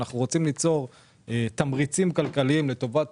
אנחנו רוצים ליצור תמריצים כלכליים לטובת